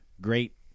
great